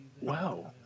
wow